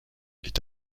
est